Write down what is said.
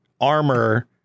armor